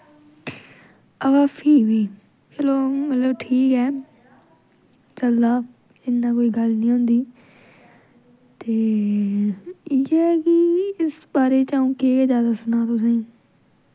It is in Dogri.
अवा फ्ही बी चलो मतलब ठीक ऐ चलदा इन्ना कोई गल्ल नी होंदी ते इ'यै कि इस बारे च अ'ऊं केह् ज्यादा सनां तुसेंगी